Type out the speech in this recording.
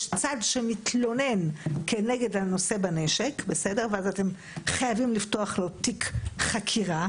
יש צד שמתלונן כנגד הנושא בנשק ואז אתם חייבים לפתוח לו תיק חקירה,